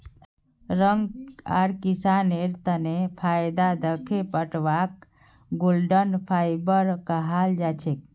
रंग आर किसानेर तने फायदा दखे पटवाक गोल्डन फाइवर कहाल जाछेक